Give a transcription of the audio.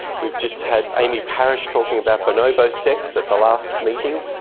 we've just had amy parish talking about bonobo sex at the last meeting,